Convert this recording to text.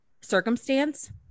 circumstance